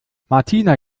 martina